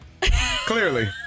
Clearly